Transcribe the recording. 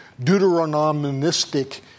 Deuteronomistic